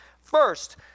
first